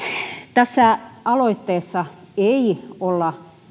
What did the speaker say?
tässä aloitteessa ei olla